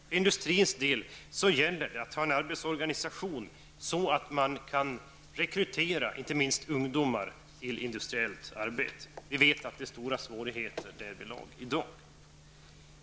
För industrins del gäller det att ha en sådan arbetsorganisation att man kan rekrytera inte minst ungdomar till industriellt arbete. Vi vet att det är stora svårigheter därvidlag i dag.